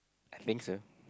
think so